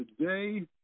today